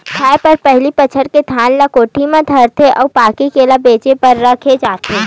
खाए बर पहिली बछार के धान ल कोठी म धरथे अउ बाकी ल बेचे बर राखे जाथे